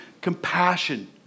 Compassion